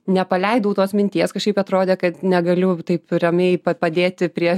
nepaleidau tos minties kažkaip atrodė kad negaliu taip ramiai padėti prie